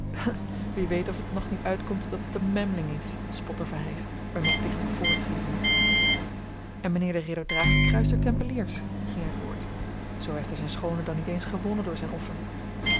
wie weet of t nog niet uitkomt dat het een memling is spotte verheyst er nog dichter vr tredende en mijnheer de ridder draagt het kruis der tempeliers ging hij voort zoo heeft hij zijn schoone dan niet eens gewonnen door zijn offer